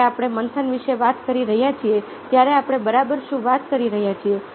જ્યારે આપણે મંથન વિશે વાત કરી રહ્યા છીએ ત્યારે આપણે બરાબર શું વાત કરી રહ્યા છીએ